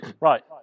Right